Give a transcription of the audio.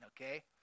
okay